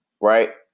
right